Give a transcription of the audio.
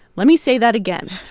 let me say that again.